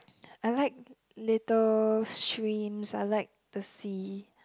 I like little streams I like the sea